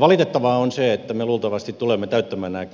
valitettavaa on se että me luultavasti tulemme täyttämään nämä